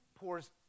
pours